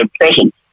present